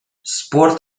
спорт